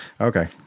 okay